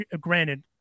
granted